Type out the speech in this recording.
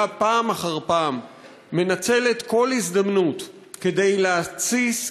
פעם אחר פעם מנצלת כל הזדמנות כדי להתסיס,